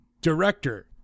director